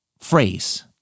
phrase